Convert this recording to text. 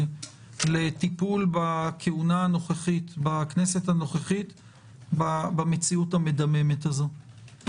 לטיפול בכהונה הנוכחית של הכנסת במציאות המדממת הזאת.